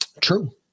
True